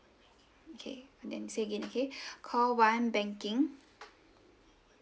okay and then say again okay call one banking